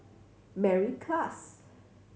Mary Klass